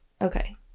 Okay